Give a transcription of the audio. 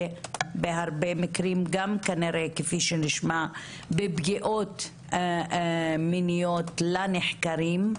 ובהרבה מקרים גם כנראה כפי שנשמע בפגיעות מיניות לנחקרים,